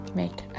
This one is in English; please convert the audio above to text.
make